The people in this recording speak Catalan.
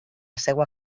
seua